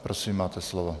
Prosím, máte slovo.